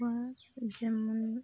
ᱠᱚᱣᱟ ᱡᱮᱢᱚᱱ